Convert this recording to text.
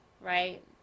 right